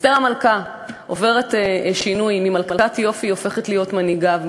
אסתר המלכה עוברת שינוי: ממלכת יופי היא הופכת להיות מנהיגה,